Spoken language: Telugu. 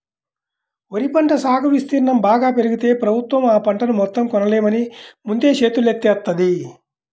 వరి పంట సాగు విస్తీర్ణం బాగా పెరిగితే ప్రభుత్వం ఆ పంటను మొత్తం కొనలేమని ముందే చేతులెత్తేత్తంది